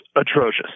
atrocious